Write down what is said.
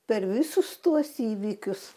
per visus tuos įvykius